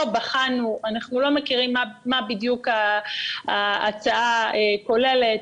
לא בחנו, אנחנו לא מכירים מה בדיוק ההצעה כוללת.